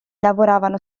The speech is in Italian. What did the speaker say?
lavoravano